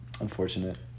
Unfortunate